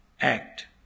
Act